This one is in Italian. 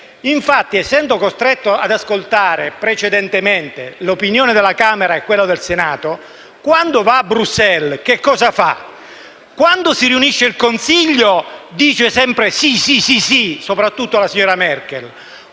Infatti, essendo costretto ad ascoltare precedentemente l'opinione della Camera e poi quella del Senato, quando va a Bruxelles cosa fa? Quando si riunisce il Consiglio, dice sempre: «Sì, sì, sì», soprattutto alla signora Merkel;